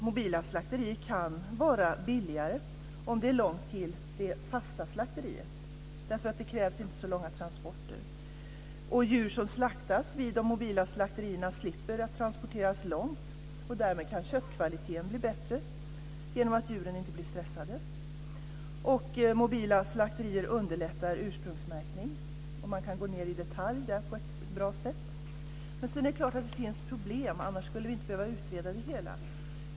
Mobila slakterier kan vara billigare om det är långt till det fasta slakteriet. Det krävs inte så långa transporter. Djur som slaktas vid de mobila slakterierna slipper att transporteras långt. Därmed kan köttkvaliteten bli bättre, genom att djuren inte blir stressade. Mobila slakterier underlättar ursprungsmärkning. Man kan gå in på detaljer på ett bra sätt. Men det finns också problem. Annars skulle vi inte behöva utreda det.